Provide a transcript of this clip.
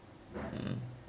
mm